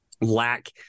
lack